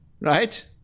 Right